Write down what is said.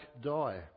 die